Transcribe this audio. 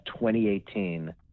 2018